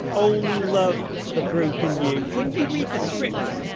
only love the broken you. when you read the scripts,